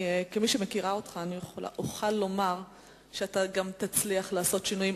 כמי שמכירה אותך אוכל לומר שגם תצליח לעשות שינויים.